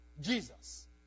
Jesus